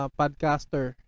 podcaster